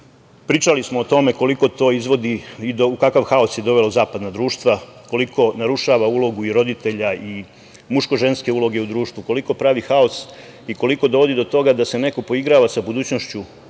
Pričali smo o tome koliko to izvodi i u kakav haos je dovelo zapadna društva, koliko narušava ulogu i roditelja i muško-ženske uloge u društvu, koliko pravi haos i koliko dovodi do toga da se neko poigrava sa budućnošću